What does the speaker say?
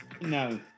no